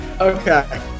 Okay